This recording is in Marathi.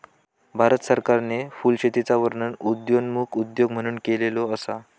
भारत सरकारने फुलशेतीचा वर्णन उदयोन्मुख उद्योग म्हणून केलेलो असा